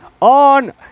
On